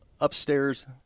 upstairs